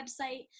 website